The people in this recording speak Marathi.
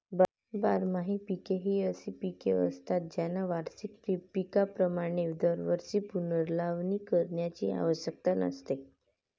बारमाही पिके ही अशी पिके असतात ज्यांना वार्षिक पिकांप्रमाणे दरवर्षी पुनर्लावणी करण्याची आवश्यकता नसते